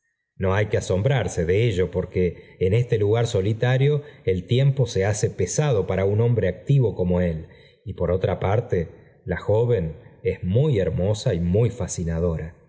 no hay que asombrarse de ello porque en este lugar solitario el tiempo se hace pesado para un hombre activo como él y por otra parte la joven es muy hermosa y muy fascinadora